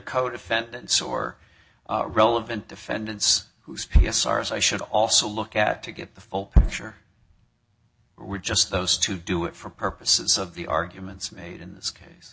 co defendants or relevant defendants whose p s r as i should also look at to get the full picture were just those to do it for purposes of the arguments made in this case